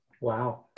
Wow